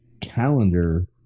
calendar